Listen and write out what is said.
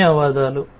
ధన్యవాదాలు